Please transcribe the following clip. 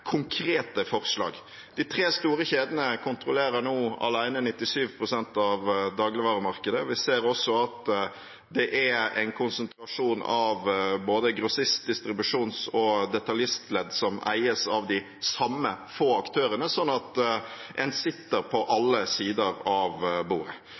konkrete forslag. De tre store kjedene kontrollerer nå alene 97 pst. av dagligvaremarkedet. Vi ser også at det er en konsentrasjon av både grossist-, distribusjons- og detaljistledd, som eies av de samme få aktørene, sånn at en sitter på alle sider av bordet.